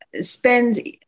spend